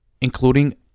including